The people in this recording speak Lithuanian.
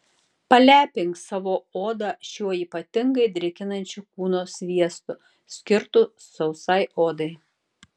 palepink savo odą šiuo ypatingai drėkinančiu kūno sviestu skirtu sausai odai